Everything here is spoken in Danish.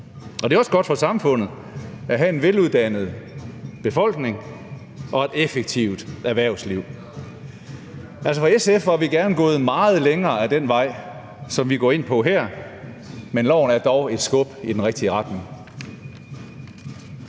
Det er også godt for samfundet at have en veluddannet befolkning og et effektivt erhvervsliv. Fra SF's side var vi gerne gået meget længere ad den vej, som vi går ind på her, men lovforslaget er dog et skridt i den rigtige retning.